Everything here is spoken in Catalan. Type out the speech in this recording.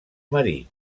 marí